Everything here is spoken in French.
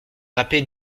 râpé